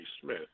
Smith